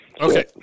Okay